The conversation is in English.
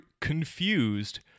confused